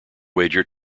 wager